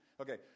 Okay